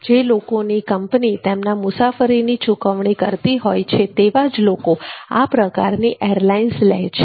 જે લોકોની કંપની તેમના મુસાફરીની ચુકવણી કરતી હોય છે તેવા જ લોકો આ પ્રકારની એરલાઇન્સ લે છે